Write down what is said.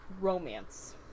romance